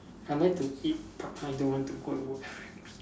I like to eat but I don't want to go and work F&B